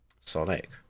Sonic